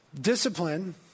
Discipline